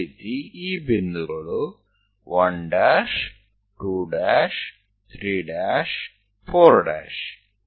ಅದೇ ರೀತಿ ಈ ಬಿಂದುಗಳು 1 2 3 4